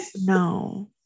No